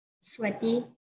sweaty